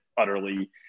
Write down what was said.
utterly